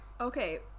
Okay